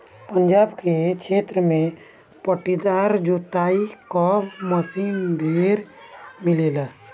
पंजाब के क्षेत्र में पट्टीदार जोताई क मशीन ढेर मिलेला